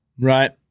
right